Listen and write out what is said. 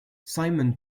simon